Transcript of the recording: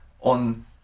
on